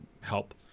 help